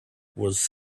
was